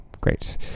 great